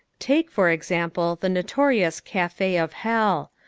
take, for example, the notorious cafe of hell.